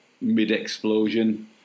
mid-explosion